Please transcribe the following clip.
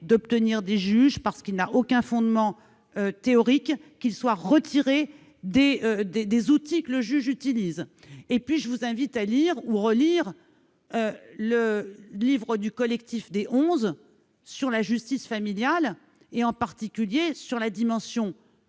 d'obtenir des juges, parce qu'il n'a aucun fondement théorique, qu'il soit retiré des outils qu'ils utilisent. Enfin, je vous invite à lire, ou à relire, le livre du Collectif Onze sur la justice familiale et, en particulier, sur la dimension « genrée